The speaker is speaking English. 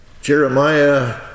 Jeremiah